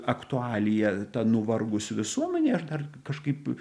aktualija ta nuvargus visuomenė aš dar kažkaip